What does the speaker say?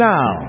Now